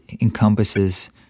encompasses